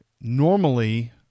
normally